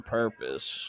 purpose